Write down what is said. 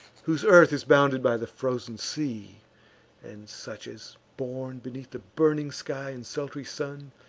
whose earth is bounded by the frozen sea and such as, born beneath the burning sky and sultry sun,